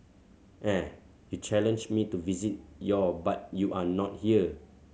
eh you challenged me to visit your but you are not here